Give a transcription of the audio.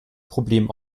problem